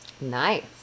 Nice